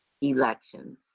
elections